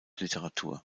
literatur